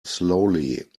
slowly